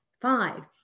five